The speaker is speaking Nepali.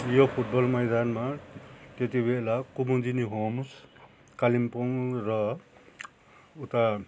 यो फुटबल मैदानमा त्यति बेला कुमुदिनी होम्स कालिम्पोङ र उता